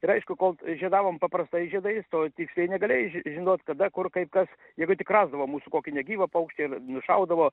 ir aišku kol žiedavom paprastais žiedais to tiksliai negalėjai ži žinot kada kur kaip kas jeigu tik rasdavo mūsų kokį negyvą paukštį ir nušaudavo